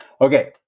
Okay